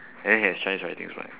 and then has chinese writings what